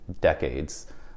decades